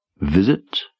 Visit